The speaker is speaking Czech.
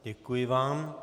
Děkuji vám.